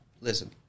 Listen